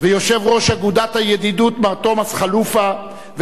ויושב-ראש אגודת הידידות מר תומס חלופה,